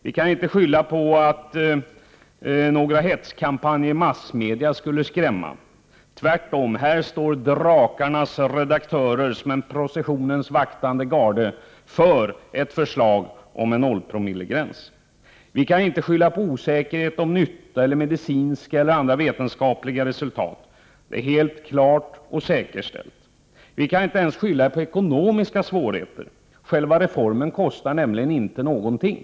Vi kan inte skylla på att några hetskampanjer i massmedia skulle skrämma. Nej, här står drakarnas redaktörer som en processionens vaktande garde för ett förslag om en nollpromillegräns. Vi kan inte skylla på osäkerhet om nytta eller medicinska och andra vetenskapliga resultat. Det är helt klart och säkerställt. Vi kan inte ens skylla på ekonomiska svårigheter. Själva reformen kostar nämligen inte någonting.